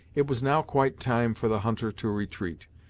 it was now quite time for the hunter to retreat.